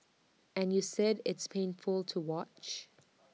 and you said it's painful to watch